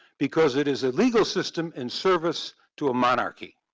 because it is a legal system and service to a monarchy.